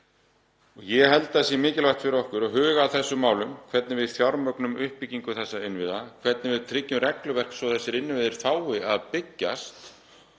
Ég held að það sé mikilvægt fyrir okkur að huga að þessum málum, hvernig við fjármögnum uppbyggingu þessara innviða, hvernig við tryggjum regluverk svo þessir innviðir fái að byggjast